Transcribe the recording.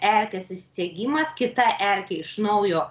erkės įsisegimas kita erkė iš naujo